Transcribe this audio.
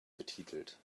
betitelt